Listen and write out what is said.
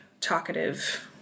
talkative